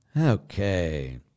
okay